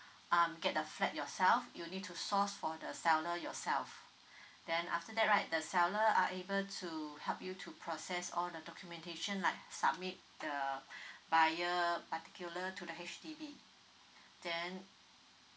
um get the flat yourself you need to source for the seller yourself then after that right the seller are able to help you to process all the documentation like submit the via particular to the H_D_B then